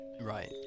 Right